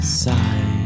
side